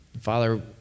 Father